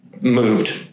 moved